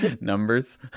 numbers